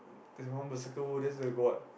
there's one berserker wolf that's the got what